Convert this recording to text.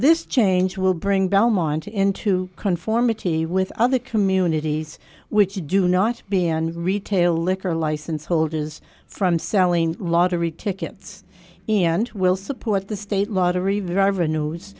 this change will bring belmont into conformity with other communities which do not be on retail liquor license holders from selling lottery tickets and who will support the state lottery revenues